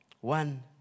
One